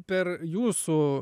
per jūsų